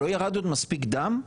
לא ירד עוד מספיק דם?